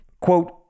Quote